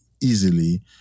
easily